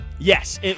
Yes